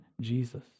Jesus